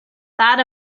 that